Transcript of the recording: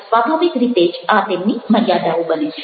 સ્વાભાવિક રીતે જ આ તેમની મર્યાદાઓ બને છે